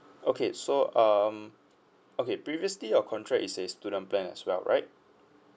okay so um okay previously your contract is a student plan as well right